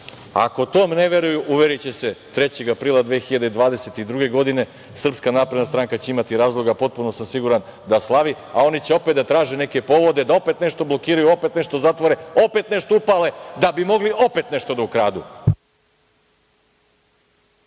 u to ne veruju, uveriće se 3. aprila 2022. godine. Srpska napredna stranka će imati razloga, potpuno sam siguran, da slavi, a oni će opet da traže neke povode da opet nešto blokiraju, opet nešto zatvore, opet nešto upale, da bi mogli opet nešto da ukradu.